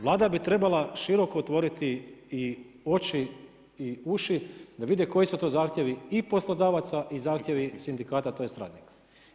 Vlada bi trebala široko otvoriti i oči i uši da vide koji su to zahtjevi i poslodavaca i zahtjevi sindikata tj. radnika.